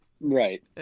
Right